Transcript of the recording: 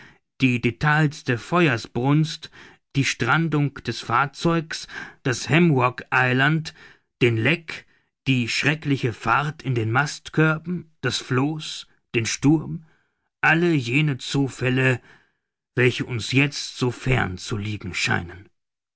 die details der feuersbrunst die strandung des fahrzeugs das ham rock eiland den leck die schreckliche fahrt in den mastkörben das floß den sturm alle jene zufälle welche uns jetzt so fern zu liegen scheinen